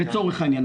לצורך העניין,